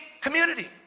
community